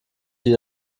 die